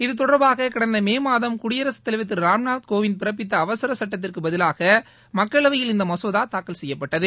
இதுதொடர்பாக கடந்த மே மாதம் குடியரசுத்தலைவர் திரு ராம்நாத்கோவிந்த் பிறப்பித்த அவசர சட்டத்திற்கு பதிலாக மக்களவையில் இந்த மசோதா தாக்கல் செய்யப்பட்டது